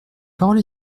parole